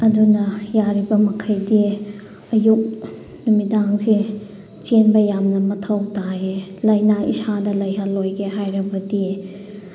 ꯑꯗꯨꯅ ꯌꯥꯔꯤꯕꯃꯈꯩꯗꯤ ꯑꯌꯨꯛ ꯅꯨꯃꯤꯗꯥꯡꯁꯦ ꯆꯦꯟꯕ ꯌꯥꯝꯅ ꯃꯊꯧ ꯇꯥꯏꯌꯦ ꯂꯥꯏꯅꯥ ꯏꯁꯥꯗ ꯂꯩꯍꯜꯂꯣꯏꯒꯦ ꯍꯥꯏꯔꯕꯗꯤ